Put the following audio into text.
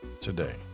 today